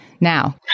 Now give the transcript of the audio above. now